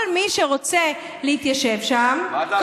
וכל מי שרוצה להתיישב שם, מה דעתך על הכותל?